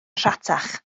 rhatach